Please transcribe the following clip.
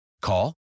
Call